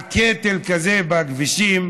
על קטל כזה בכבישים